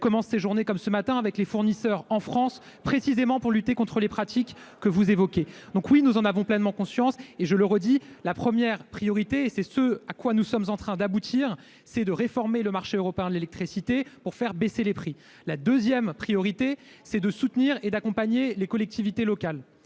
commence ses journées comme ce matin avec les fournisseurs, en France, précisément pour lutter contre les pratiques que vous évoquez, donc oui, nous en avons pleinement conscience, et je le redis, la première priorité, c'est ce à quoi nous sommes en train d'aboutir, c'est de réformer le marché européen de l'électricité pour faire baisser les prix, la 2ème priorité c'est de soutenir et d'accompagner les collectivités locales,